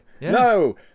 No